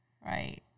Right